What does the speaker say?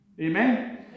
Amen